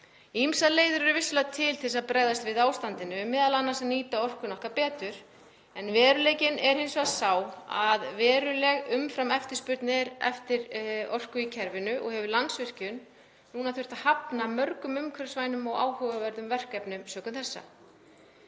Ýmsar leiðir eru vissulega til til að bregðast við ástandinu, m.a. að nýta orkuna okkar betur, en veruleikinn er hins vegar sá að veruleg umframeftirspurn er eftir orku í kerfinu og hefur Landsvirkjun þurft að hafna mörgum umhverfisvænum og áhugaverðum verkefnum sökum þessa.